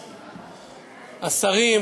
השרים,